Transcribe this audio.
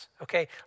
okay